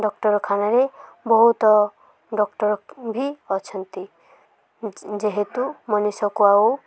ଡ଼କ୍ଟରଖାନାରେ ବହୁତ ଡ଼କ୍ଟର୍ ବି ଅଛନ୍ତି ଯେହେତୁ ମଣିଷକୁ ଆଉ